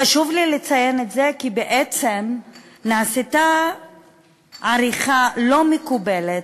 חשוב לי לציין את זה כי בעצם נעשתה עריכה לא מקובלת,